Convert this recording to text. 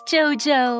Jojo